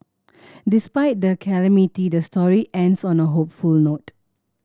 despite the calamity the story ends on a hopeful note